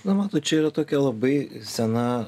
na matot čia yra tokia labai sena